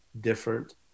different